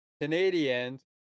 Canadians